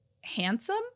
handsome